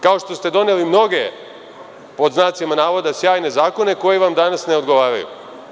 Kao što ste doneli mnoge, pod znacima navoda, sjajne zakone koji vam danas ne odgovaraju.